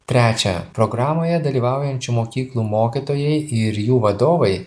trečia programoje dalyvaujančių mokyklų mokytojai ir jų vadovai